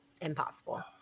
Impossible